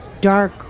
dark